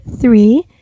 three